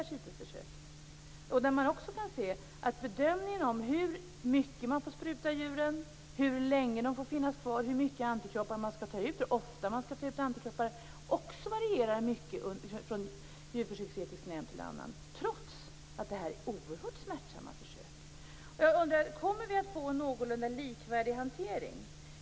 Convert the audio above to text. Dessutom är det en mycket varierande bedömning mellan de djurförsöksetiska nämnderna av hur mycket man får spruta in i djuren, hur länge det får finnas kvar, hur mycket antikroppar skall tas ut och hur ofta sådana skall tas ut, detta trots att det här gäller oerhört smärtsamma försök. Kommer vi att få en någorlunda likvärdig hantering?